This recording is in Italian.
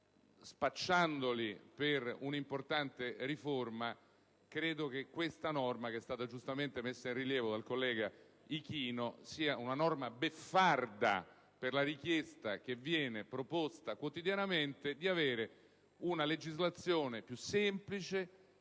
spacciandoli per un'importante riforma: credo che questa norma, che è stata giustamente messa in rilievo dal collega Ichino, sia beffarda rispetto alla richiesta, che viene proposta quotidianamente, di avere una legislazione più semplice